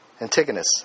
Antigonus